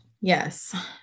Yes